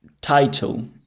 title